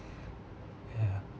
ya